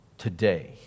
Today